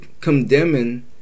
condemning